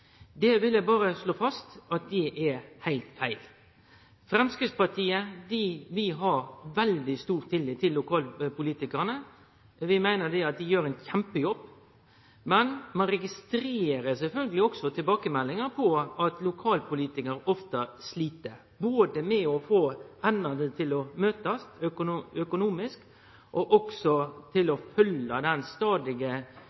Eg vil berre slå fast at det er heilt feil. Framstegspartiet har veldig stor tillit til lokalpolitikarane. Vi meiner dei gjer ein kjempejobb, men vi registrerer sjølvsagt òg tilbakemeldingar om at lokalpolitikarar ofte slit, både med å få endane til å møtast økonomisk og med å følgje opp detaljstyringa med omsyn til